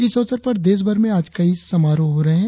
इस अवसर पर देशभर में आज कई समारोह हो रहे हैं